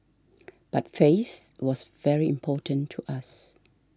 but face was very important to us